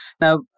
Now